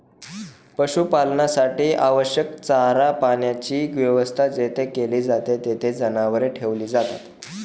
पशुपालनासाठी आवश्यक चारा पाण्याची व्यवस्था जेथे केली जाते, तेथे जनावरे ठेवली जातात